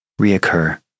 reoccur